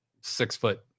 six-foot